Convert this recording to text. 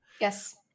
Yes